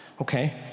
okay